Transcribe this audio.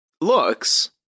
looks